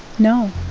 no.